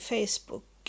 Facebook